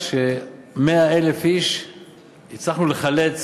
וראיתי שהצלחנו לחלץ